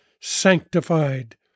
sanctified